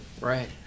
Right